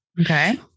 Okay